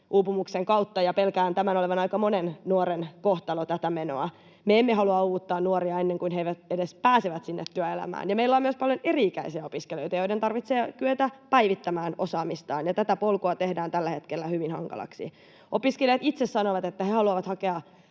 uupumuksen kautta, ja pelkään tämän olevan aika monen nuoren kohtalo tätä menoa. Me emme halua uuvuttaa nuoria ennen kuin he edes pääsevät työelämään. Meillä on myös paljon eri-ikäisiä opiskelijoita, joiden tarvitsee kyetä päivittämään osaamistaan, ja tätä polkua tehdään tällä hetkellä hyvin hankalaksi. Opiskelijat itse sanovat, että he haluavat hakea